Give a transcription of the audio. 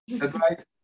advice